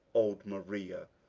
old maria,